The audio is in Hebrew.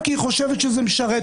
הוא לא עשה את זה שנה.